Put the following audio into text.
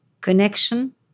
connection